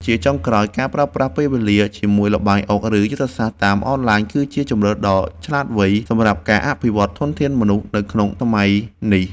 ជាចុងក្រោយការប្រើប្រាស់ពេលវេលាជាមួយល្បែងអុកឬយុទ្ធសាស្ត្រតាមអនឡាញគឺជាជម្រើសដ៏ឆ្លាតវៃសម្រាប់ការអភិវឌ្ឍធនធានមនុស្សនៅក្នុងសម័យនេះ។